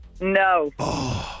No